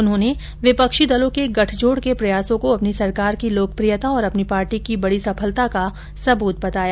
उन्होंने विपक्षी दलों के गठजोड़ के प्रयासों को अपनी सरकार की लोकप्रियता और अपनी पार्टी की बड़ी सफलता का सबूत बताया